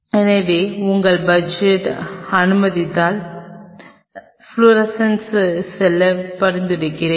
எனவே உங்கள் பட்ஜெட் அனுமதித்தால் ஃப்ளோரசன்ஸுக்கு செல்ல பரிந்துரைக்கிறோம்